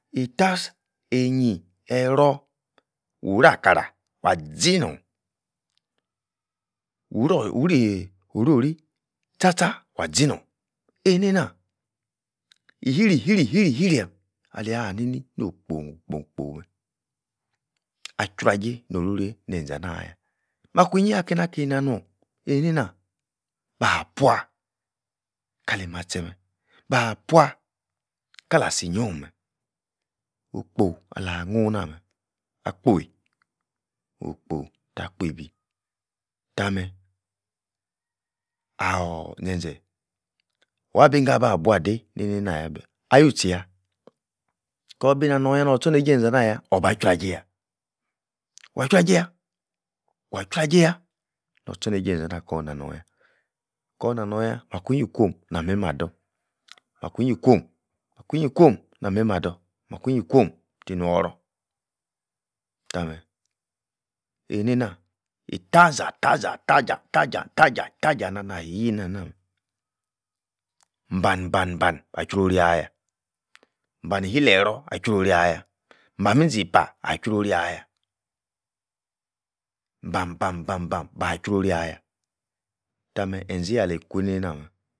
E-tase. einyi errorh, wu-rakarah ah-zi nuhn woror wurii orori tcha-tcha wah-zi nuhn eineina, e-hiri-hiri-hiri-hiri e alia-ha ni-ni no-kpon-kpoh kpoh meh, ah-jruajeii noror neh-enza nah ah-yah makwuinyi akei nah norhn einei nah, bah-puah kali mahtche-meh, ba-puah kala-asinyion meh okpo alanuhn nah-meh, akpoi okpo tah-kpeibi tah-meh ah-or i-zen-zen wabi-ingor abah-buadei neina-nah yah-meh ah-you-tchi yah kobi-nah-yor yah nor-tchorneijei enzana yah obah juajei yah, wah-juajei yah wah jruajei-yah nor-tchorne-iejei nza-ah-nah akor-nah-nor-yah kor-nah nor-yah makwuinyi ikwom nah-meimah ador makwuinyi kwom makwuinyi kwo'm nah-neima-dor makwuinyi kwom ti-nua-oror tah-meh einei-nah, ittaza-taza-taza-tah-ja. tah-ja, tah-ja tah-ja ah-meh-mah-yi eineina meh, mba-ba-ban-bah jruor-roro ah-yah, mbani-hileror, ah-jruoror ah-yah, mbani-inzi-eipa ah-jruorori ah-yah mba-ban-ban-bah, ba-jruorori ah-yah, tah-meh nzeiyi aleyi kwueineina meh